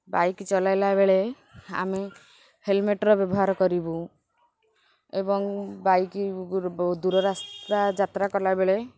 bike ଚଲାଇଲା ବେଳେ ଆମେ ହେଲ୍ମେଟ୍ର ବ୍ୟବହାର କରିବୁ ଏବଂ ବାଇକ୍ ଦୂର ରାସ୍ତା ଯାତ୍ରା କଲାବେଳେ